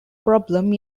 problem